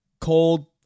cold